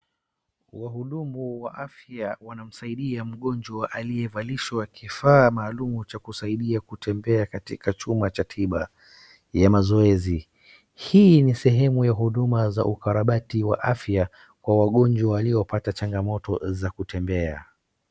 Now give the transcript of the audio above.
Wahudumu wa afya wanamsaidia mgonjwa aliyevalishwa kifaa maalumu cha kusaidia kutembea katika chumba cha tiba ya mazoezi. Hii ni sehemu ya huduma za ukarabati wa afya kwa wagonjwa waliopata changamoto za kutembea.